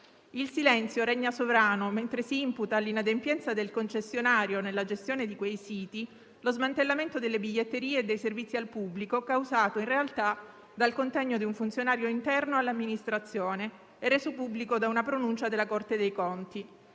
Il silenzio regna sovrano, mentre si imputa all'inadempienza del concessionario nella gestione di quei siti lo smantellamento delle biglietterie e dei servizi al pubblico, causato in realtà dal contegno di un funzionario interno all'amministrazione e reso pubblico da una pronuncia della Corte dei conti.